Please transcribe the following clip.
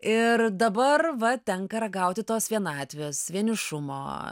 ir dabar va tenka ragauti tos vienatvės vienišumo